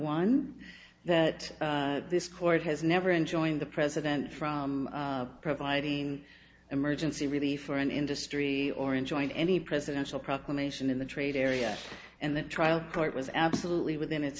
one that this court has never enjoying the president from providing emergency relief for an industry or enjoying any presidential proclamation in the trade area and the trial court was absolutely within its